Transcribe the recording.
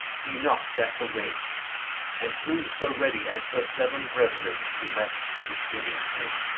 he knocked at the ring and who so ready as her seven brethren to let sweet william in.